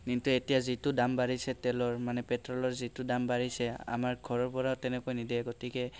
কিন্তু এতিয়া যিটো দাম বাঢ়িছে তেলৰ মানে পেট্ৰ'লৰ যিটো দাম বাঢ়িছে আমাৰ ঘৰৰ পৰা তেনেকৈ নিদিয়ে গতিকে